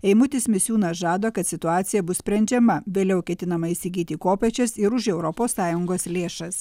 eimutis misiūnas žada kad situacija bus sprendžiama vėliau ketinama įsigyti kopėčias ir už europos sąjungos lėšas